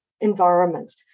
environments